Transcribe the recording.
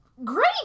Great